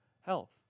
health